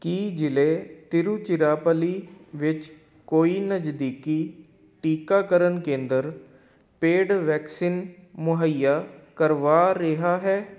ਕੀ ਜ਼ਿਲ੍ਹੇ ਤਿਰੁਚਿਰਾਪੱਲੀ ਵਿੱਚ ਕੋਈ ਨਜ਼ਦੀਕੀ ਟੀਕਾਕਰਨ ਕੇਂਦਰ ਪੇਡ ਵੈਕਸੀਨ ਮੁਹੱਈਆ ਕਰਵਾ ਰਿਹਾ ਹੈ